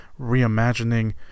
reimagining